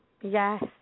Yes